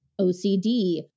OCD